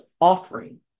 offering